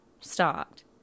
stopped